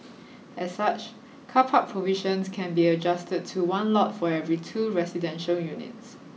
as such car park provisions can be adjusted to one lot for every two residential units